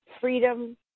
freedom